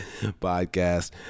podcast